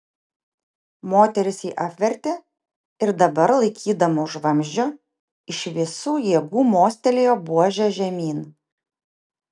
moteris jį apvertė ir dabar laikydama už vamzdžio iš visų jėgų mostelėjo buože žemyn